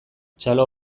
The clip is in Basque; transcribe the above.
txalo